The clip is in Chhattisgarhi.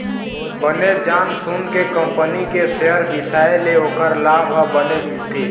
बने जान सून के कंपनी के सेयर बिसाए ले ओखर लाभ ह बने मिलथे